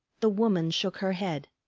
the woman shook her head.